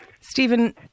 Stephen